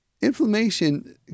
Inflammation